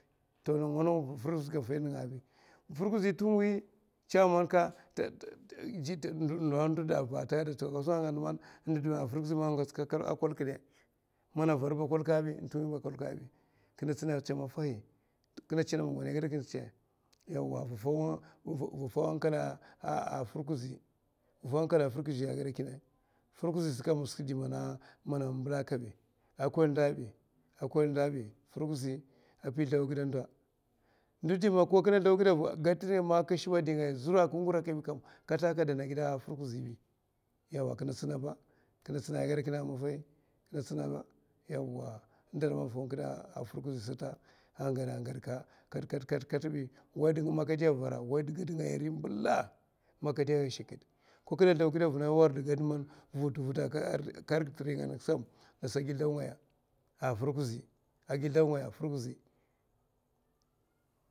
Tomana firizika fai ninga bi firkuzi tuwi ndou ndadapa a ta gad man, man firkin man in gats ka a kwelka de mana varba a kwel k aba in tuwi ba a kwelka i kina tsina tsu maffabi king tsina ma man igadakwa sa tsa vina faw hallkali a firkuzi. Vina faw hankali a firkuzi igada kina firkuzi sa kam skwi indi in mbila kabi a kwel ndou li firkuzi a pi sldoma gida ndou ndou indiman kina sldaw gida vina a ka shiba dingaya zura kata a ka ngura kabi kam ka sliha’a aka dana gida a firkuzibi yawa kina tsina ba kina tsina ai gada maffai kina tsina yawa indar nga faw gida a firkuzi sata an gada, ga da gwad ka kat, kat, kat, kabi wai man kade vara waida gad ngaya mbila’a ma kade a hashakid man sldaw gida a vina ko kina sldaw gida vina vito vita’a, ka rikida tiri nga ngas kam asa gi sldaw nggaya a gi sldaw ngaya firkuzi.